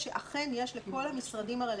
יש שאלה על היערכות של המוסדות לדבר